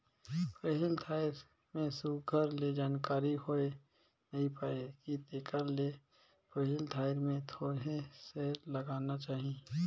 पहिल धाएर में सुग्घर ले जानकारी होए नी पाए कि तेकर ले पहिल धाएर में थोरहें सेयर लगागा चाही